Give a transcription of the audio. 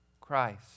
Christ